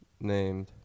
named